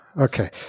Okay